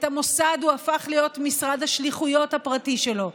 את המוסד הוא הפך להיות משרד השליחויות הפרטי שלו.